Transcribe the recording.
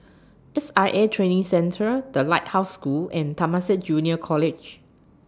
S I A Training Centre The Lighthouse School and Temasek Junior College